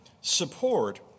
support